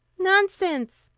nonsense,